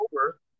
over